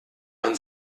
man